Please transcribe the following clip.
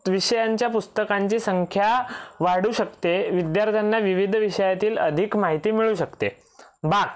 विषयांच्या पुस्तकांची संख्या वाढू शकते विद्यार्थ्यांना विविध विषयातील अधिक माहिती मिळू शकते बाक